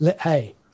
hey